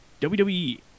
WWE